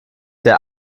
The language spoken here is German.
der